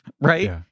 right